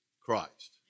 Christ